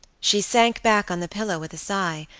she sank back on the pillow with a sigh,